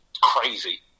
crazy